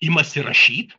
imasi rašyt